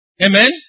Amen